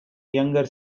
younger